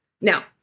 Now